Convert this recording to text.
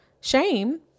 shame